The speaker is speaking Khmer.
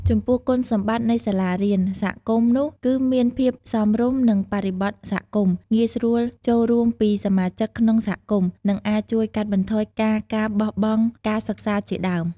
ចំពោះគុណសម្បត្តិនៃសាលារៀនសហគមន៍នោះគឺ មានភាពសមរម្យនឹងបរិបទសហគមន៍ ងាយស្រួលចូលរួមពីសមាជិកក្នុងសហគមន៍ និងអាចជួយកាត់បន្ថយការការបោះបង់ការសិក្សាជាដើម។